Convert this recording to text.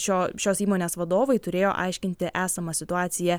šio šios įmonės vadovai turėjo aiškinti esamą situaciją